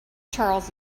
charles